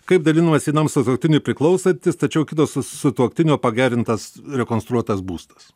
kaip dalijamas vienam sutuoktiniui priklausantis tačiau kito sutuoktinio pagerintas rekonstruotas būstas